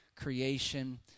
creation